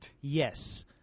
Yes